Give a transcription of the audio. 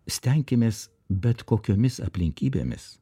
stenkimės bet kokiomis aplinkybėmis